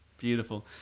beautiful